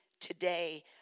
today